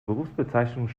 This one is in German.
berufsbezeichnung